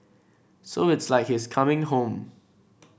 so it's like he's coming home